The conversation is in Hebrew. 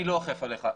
אני לא אוכף עליך.